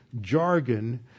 jargon